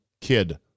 kid